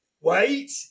Wait